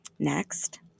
next